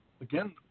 again